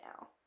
now